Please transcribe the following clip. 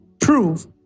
Prove